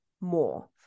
more